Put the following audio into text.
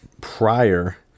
prior